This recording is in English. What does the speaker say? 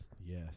Yes